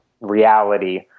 reality